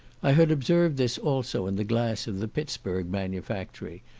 i had observed this also in the glass of the pittsburgh manufactory,